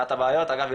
אחת הבעיות אגב,